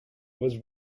was